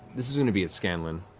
this is going to be at scanlan,